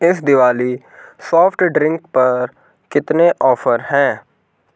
इस Diwali soft drink पर कितने ऑफ़र हैं